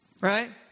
right